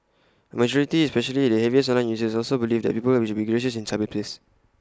A majority especially the heaviest online users also believed that people should be gracious in cyberspace